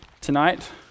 tonight